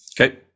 Okay